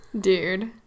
Dude